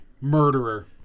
Murderer